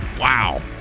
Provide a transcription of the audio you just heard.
Wow